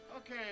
Okay